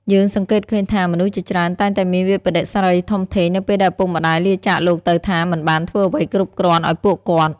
យើងសង្កេតឃើញថា មនុស្សជាច្រើនតែងតែមានវិប្បដិសារីធំធេងនៅពេលដែលឪពុកម្តាយលាចាកលោកទៅថា មិនបានធ្វើអ្វីគ្រប់គ្រាន់ឲ្យពួកគាត់។